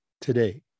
today